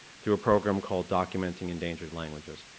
through a program called documenting endangered languages.